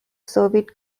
soviet